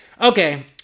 okay